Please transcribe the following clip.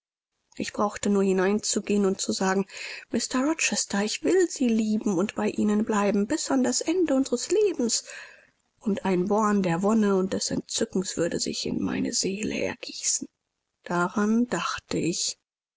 ich brauchte nur hineinzugehen und zu sagen mr rochester ich will sie lieben und bei ihnen bleiben bis an das ende unseres lebens und ein born der wonne und des entzückens würde sich in meine seele ergießen daran dachte ich